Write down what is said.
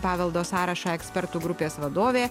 paveldo sąrašą ekspertų grupės vadovė